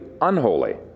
unholy